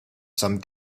some